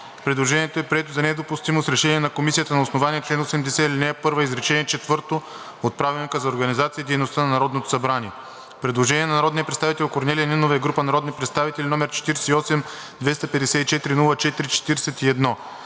Предложението е прието за недопустимо с решение на Комисията на основание чл. 80, ал. 1, изречение четвърто от Правилника за организацията и дейността на Народното събрание. Предложение на народния представител Корнелия Нинова и група народни представители № 48-254-04-41.